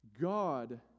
God